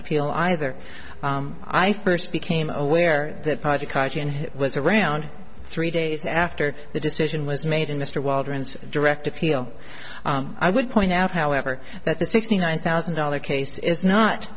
appeal either i first became aware that project was around three days after the decision was made and mr waldron's direct appeal i would point out however that the sixty nine thousand dollar case is not